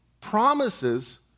promises